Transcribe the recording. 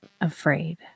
afraid